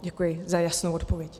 Děkuji za jasnou odpověď.